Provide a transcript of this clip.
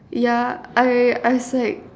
yeah I I was like